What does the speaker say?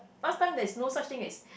last time there's no such thing as